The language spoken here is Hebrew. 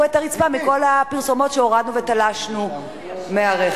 את הרצפה מכל הפרסומות שהורדנו ותלשנו מהרכב.